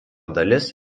dalis